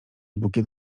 bukiet